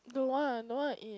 don't want I don't want to eat